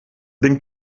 ding